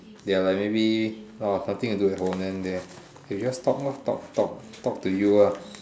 ya like maybe oh suddenly there's an old man there they just talk lor talk talk talk to you lah